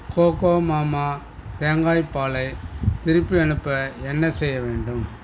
Cocomama தேங்காய் பாலை திருப்பி அனுப்ப என்ன செய்ய வேண்டும்